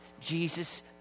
Jesus